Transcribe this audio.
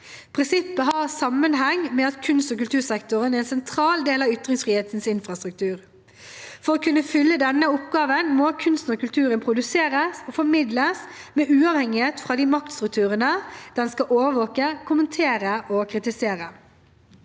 Prinsippet har sammenheng med at kunst- og kultursektoren er en sentral del av ytringsfrihetens infrastruktur. For å kunne fylle denne oppgaven må kunsten og kulturen produseres og formidles med uavhengighet fra de maktstrukturene den skal overvåke, kommentere og kritisere.